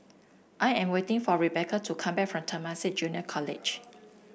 I am waiting for Rebeca to come back from Temasek Junior College